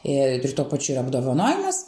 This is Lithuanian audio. ir tuo pačiu ir apdovanojimas